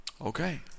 Okay